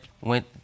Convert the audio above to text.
went